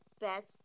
Best